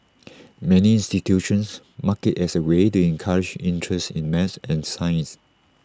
many institutions mark IT as A way to encourage interest in maths and science